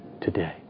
today